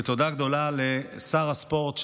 ותודה גדולה לשר הספורט,